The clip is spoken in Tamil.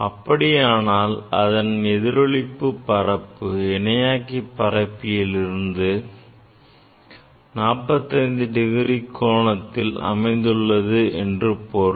அப்படியானால் அதன் எதிரொளிப்பு பரப்பு இணையாக்கியின் பரப்பில் இருந்து 45 டிகிரி கோணத்தில் அமைந்துள்ளது என்று பொருள்